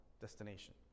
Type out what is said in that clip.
destination